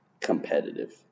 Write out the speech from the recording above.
competitive